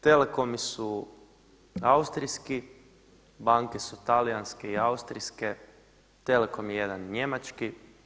Telekomi su Austrijski, banke su talijanske i austrijske, Telecom je jedan njemački.